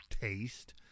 taste